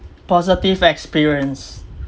positive experience